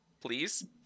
please